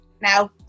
now